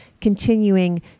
continuing